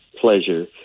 pleasure